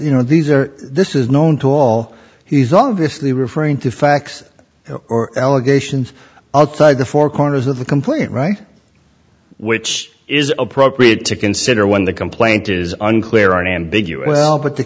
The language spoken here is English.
you know these are this is known to all he's obviously referring to facts or allegations outside the four corners of the complaint right which is appropriate to consider when the complaint is unclear ambiguous well but the